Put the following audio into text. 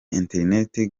internet